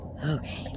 Okay